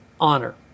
honor